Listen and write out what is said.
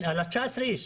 כן, על ה-19 אנשים.